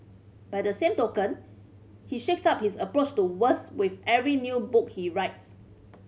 by the same token he shakes up his approach to words with every new book he writes